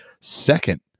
Second